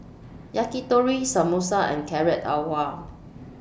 Yakitori Samosa and Carrot Halwa